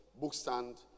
bookstand